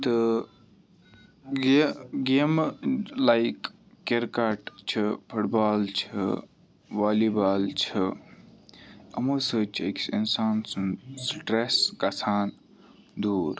تہٕ یہِ گیمہٕ لایک کِرکَٹ چھِ فُٹ بال چھِ والی بال چھِ یِمو سۭتۍ چھِ أکِس اِنسان سُنٛد سٹرٛٮ۪س گژھان دوٗر